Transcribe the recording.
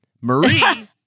Marie